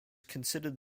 considered